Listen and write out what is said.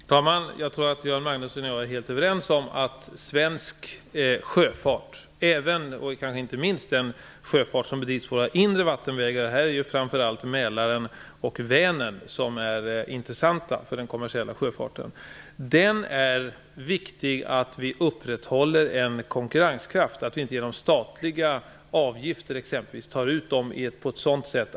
Herr talman! Jag tror att Göran Magnusson och jag är helt överens om att det för svensk sjöfart, och inte minst för den kommersiella sjöfart som bedrivs på våra inre vattenvägar, där framför allt Mälaren och Vänern är intressanta, är viktigt att vi upprätthåller en konkurrenskraft och inte tar ut sådana statliga avgifter att sjöfarten slås ut.